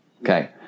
okay